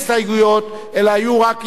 אלה היו רק הסתייגויות דיבור,